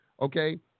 Okay